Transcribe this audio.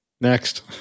Next